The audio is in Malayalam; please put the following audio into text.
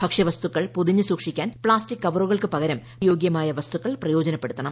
ഭക്ഷ്യവസ്തുക്കൾ പൊതിഞ്ഞു സൂക്ഷിക്കാൻ പ്ലാസ്റ്റിക്ക് കവറുകൾക്കു പകരം യോഗ്യമായ വസ്തുക്കൾ പ്രയോജനപ്പെടുത്തണം